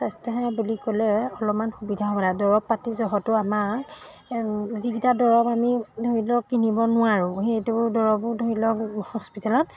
স্বাস্থ্য সেৱা বুলি ক'লে অলপমান সুবিধা হ'ব লাগে দৰৱ পাতিৰ জহটো আমাক যিকেইটা দৰৱ আমি ধৰি লওক কিনিব নোৱাৰোঁ সেইটো দৰৱো ধৰি লওক হস্পিটেলত